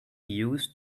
used